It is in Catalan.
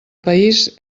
país